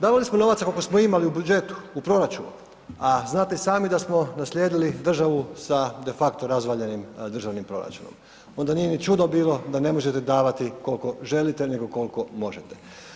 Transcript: Davali smo novaca koliko smo imali u budžetu, u proračunu, a znate i sami da smo naslijedili državu sa defacto razvaljenim državnim proračunom, onda nije ni čudo bilo da ne možete davati koliko želite nego koliko možete.